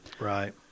Right